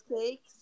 cakes